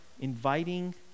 inviting